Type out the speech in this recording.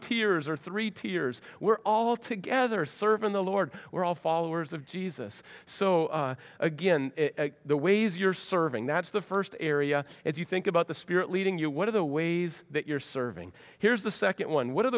tiers or three tiers we're all together serving the lord we're all followers of jesus so again the ways you're serving that's the first area if you think about the spirit leading you one of the ways that you're serving here's the second one what are